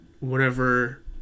whenever